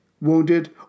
wounded